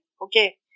okay